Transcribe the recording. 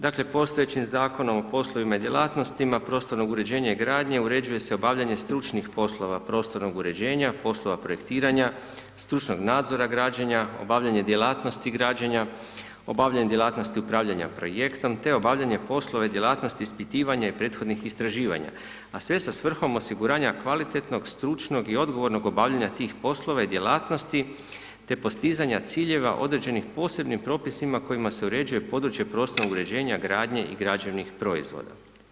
Dakle postojećim zakonom o poslovima i djelatnostima prostornog uređenja i gradnje uređuje se obavljanje stručnih poslova prostornog uređenja, poslova projektiranja, stručnog nadzora građenja, obavljanje djelatnosti građenja, obavljanje djelatnosti upravljanja projektom te obavljanje poslova i djelatnosti ispitivanja i prethodnih istraživanja a sve sa svrhom osiguranja kvalitetnog, stručnog i odgovornog obavljanja tih poslova i djelatnosti te postizanja ciljeva određenih posebnih propisima kojima se uređuje područje prostornog uređenja gradnje i građevnih proizvoda.